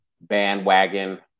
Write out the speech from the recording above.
bandwagon